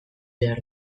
behar